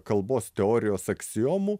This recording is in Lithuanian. kalbos teorijos aksiomų